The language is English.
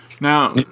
now